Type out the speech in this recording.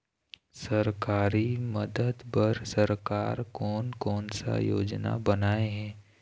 सरकारी मदद बर सरकार कोन कौन सा योजना बनाए हे?